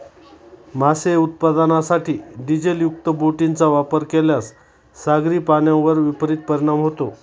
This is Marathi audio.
मासे उत्पादनासाठी डिझेलयुक्त बोटींचा वापर केल्यास सागरी प्राण्यांवर विपरीत परिणाम होतो